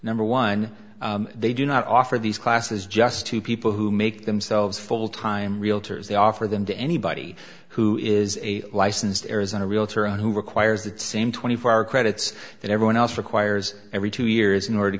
number one they do not offer these classes just to people who make themselves full time realtors they offer them to anybody who is a licensed arizona realtor who requires the same twenty four hour credits that everyone else requires every two years in order to